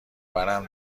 ورم